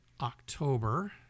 October